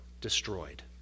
destroyed